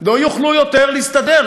לא יוכלו יותר להסתדר.